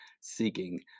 seeking